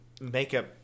makeup